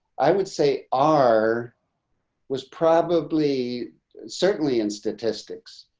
i would say our was probably certainly in statistics,